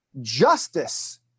justice